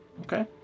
Okay